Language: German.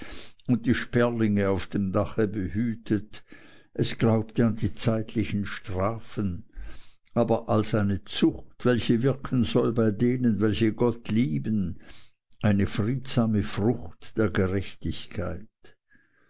und die sperlinge auf dem dache behütet es glaubte an die zeitlichen strafen aber als eine zucht welche wirken soll bei denen welche gott lieben eine friedsame frucht der gerechtigkeit